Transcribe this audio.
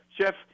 Jeff